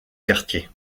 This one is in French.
quartiers